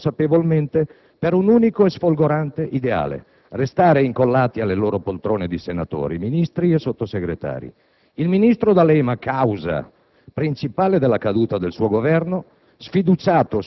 illusionismo che i suoi alleati comunisti accettano consapevolmente per un unico e sfolgorante ideale: restare incollati alle loro poltrone di senatori, Ministri e Sottosegretari. Il ministro D'Alema, causa